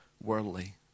worldly